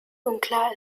unklar